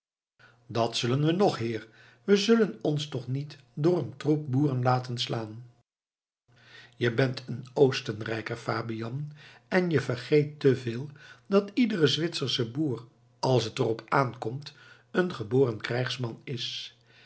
dat zullen we nog heer we zullen ons toch niet door een troep boeren laten slaan je bent een oostenrijker fabian en je vergeet te veel dat iedere zwitsersche boer als het er op aankomt een geboren krijgsman is